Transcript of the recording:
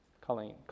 Colleen